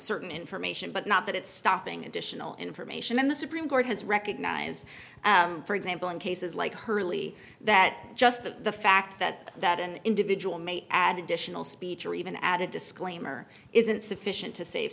certain information but not that it's stopping additional information in the supreme court has recognized for example in cases like hurley that just the fact that that an individual may add additional speech or even add a disclaimer isn't sufficient to save